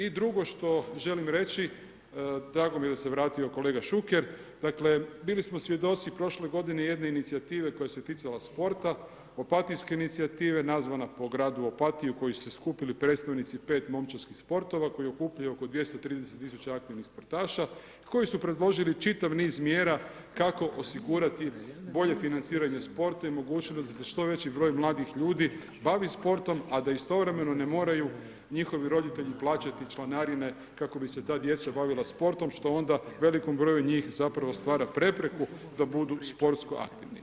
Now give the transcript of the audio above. I drugo što želim reći, drago mi je da se vratio kolega Šuker, dakle bili smo svjedoci prošle godine jedne inicijative koja se ticala sporta, Opatijske inicijative, nazvana po gradu Opatiji u kojoj su se skupili predstavnici 5 momčadskih sportova, koji okupljaju oko 230 tisuća aktivnih sportaša i koji su predložili čitav niz mjera kako osigurati bolje financiranje sporta i mogućnost da se što veći broj mladih ljudi bavi sportom a da istovremeno ne moraju njihovi roditelji plaćati članarine kako bi se ta djeca bavila sportom što onda velikom broju njih zapravo stvara prepreku da budu sportsko aktivni.